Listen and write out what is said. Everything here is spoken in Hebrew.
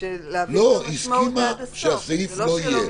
היא הסכימה שהסעיף לא יהיה.